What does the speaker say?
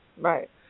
Right